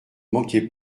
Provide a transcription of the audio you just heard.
manquait